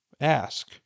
ask